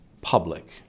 public